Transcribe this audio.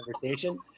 conversation